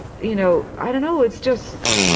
you know, i don't know, it's just